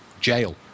jail